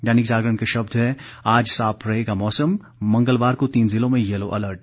दैनिक जागरण के शब्द हैं आज साफ रहेगा मौसम मंगलवार को तीन जिलों में यलो अलर्ट